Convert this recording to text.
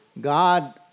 God